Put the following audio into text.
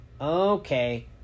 Okay